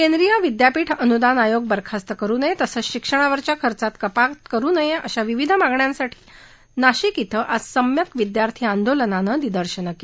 केंद्रीय विदयापीठ अनुदान आयोग बरखास्त करू नये तसंच शिक्षणावरच्या खर्चात कपात करू नये अशा विविध मागण्यांसाठी नाशिक इथं आज सम्यक विदयार्थी आंदोलनानं निदर्शनं केली